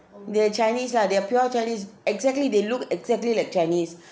they're chinese lah they are pure chinese exactly they look exactly like chinese